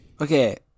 Okay